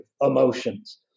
emotions